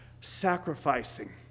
sacrificing